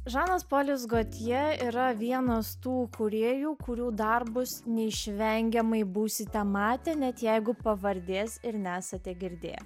žanas polis gotje yra vienas tų kūrėjų kurių darbus neišvengiamai būsite matę net jeigu pavardės ir nesate girdėję